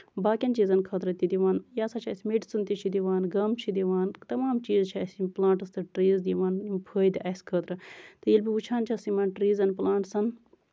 باقین چیٖزَن خٲطرٕ تہِ دِوان یہِ ہسا چھِ اَسہِ میڈِسَن تہِ چھِ دِوان گَم چھِ دِوان تَمام چیٖز چھِ اَسہِ یِم پٔلانٹٔس تہٕ ٹریٖز دِوان یِم فٲیدٕ اَسہِ خٲطرٕ تہٕ ییٚلہِ بہٕ وٕچھان چھَس یِمن ٹریٖزَن پٔلانٹٔسَن